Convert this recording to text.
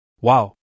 Wow